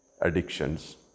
addictions